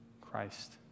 Christ